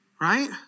right